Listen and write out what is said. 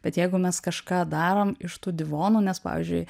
bet jeigu mes kažką darom iš tų divonų nes pavyzdžiui